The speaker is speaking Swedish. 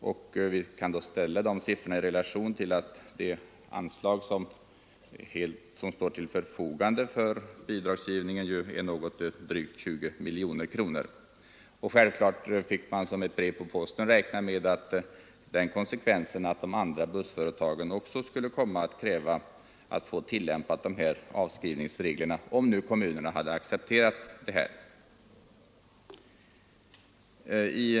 Det beloppet kan då ställas i relation till det anslag som står till förfogande för bidragsgivningen, drygt 20 miljoner. Man får naturligtvis också räkna med konsekvensen att även andra bussföretag kommer att kräva samma avskrivningsregler, om kommunerna accepterade SJ:s krav.